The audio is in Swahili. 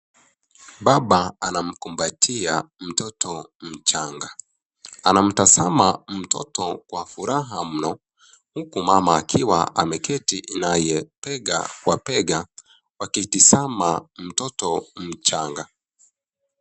Baba anamkumbatia mtoto mchanga. Anamtazama mtoto kwa furaha mno, huku mama akiwa ameketi naye bega kwa bega, wakitazama mtoto mchanga.